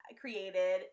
created